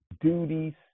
duties